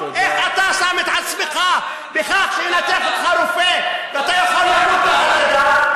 איך אתה שם את עצמך כך שינתח אותך רופא ואתה יכול למות תחת ידיו,